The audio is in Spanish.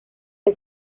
que